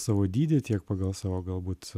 savo dydį tiek pagal savo galbūt